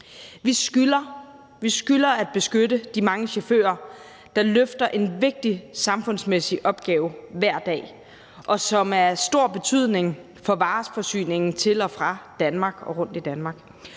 Vi skylder at beskytte de mange chauffører, der løfter en vigtig samfundsmæssig opgave hver dag, og som er af stor betydning for vareforsyningen til og fra Danmark og i Danmark.